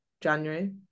January